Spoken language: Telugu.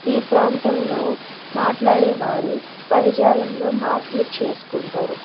ఈ ప్రాంతంలో మాట్లాడేవారు పదజాలంలో మార్పులు చేసుకుంటారు